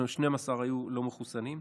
12 היו לא מחוסנים.